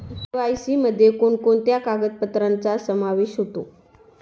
KYC मध्ये कोणकोणत्या कागदपत्रांचा समावेश होतो?